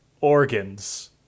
organs